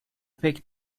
pek